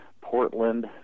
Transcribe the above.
portland